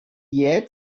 yet